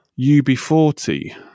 UB40